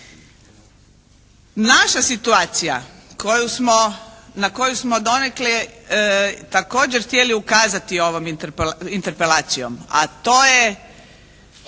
Naša situacija na koju smo donekle također htjeli ukazati ovom interpelacijom, a to je